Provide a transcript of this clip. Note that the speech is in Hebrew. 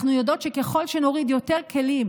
אנחנו יודעות שככל שנוריד יותר כלים